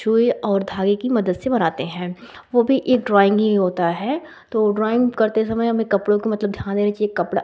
सुई और धागे की मदद से बनाते हैं वह भी एक ड्राइंग ही होता है तो ड्राइंग करते समय हमें कपड़ों को मतलब ध्यान देना चाहिए कपड़ा